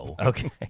Okay